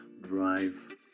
drive